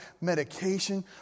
medication